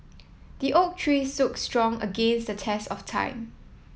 the oak tree stood strong against the test of time